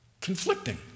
conflicting